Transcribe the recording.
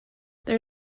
there